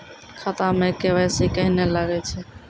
खाता मे के.वाई.सी कहिने लगय छै?